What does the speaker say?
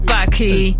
Bucky